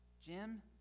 Jim